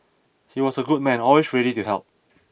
he was a good man always ready to help